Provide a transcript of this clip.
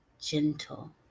gentle